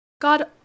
God